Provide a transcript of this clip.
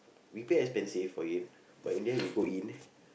we pay expensive for it but in the end we go in